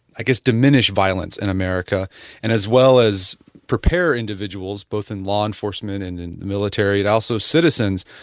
i guess, diminish violence in america and as well as prepare individuals, both in law enforcement and in military and also citizens,